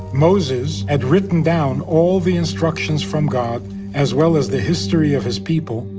moses had written down all the instructions from god as well as the history of his people,